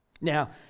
Now